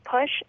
push